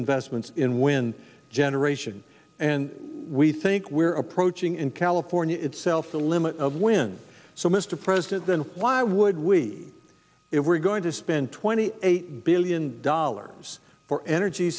investments in when generation and we think we're approaching in california itself the limit of when so mr president then why would we if we're going to spend twenty eight billion dollars for energy